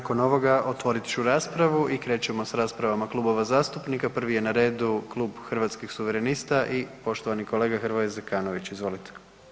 Nakon ovoga, otvorit ću raspravu i krećemo s rasprava klubova zastupnika, prvi je na redu Klub Hrvatskih suverenista i poštovani kolega Hrvoje Zekanović, izvolite.